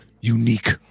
unique